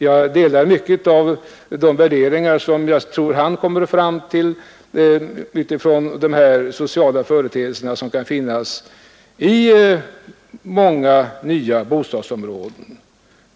Jag delar manga av de värderingar som jag tror herr Svensson kommit fram till mot bakgrund av de här sociala företeelserna som kan finnas i manga nya bostadsomraden.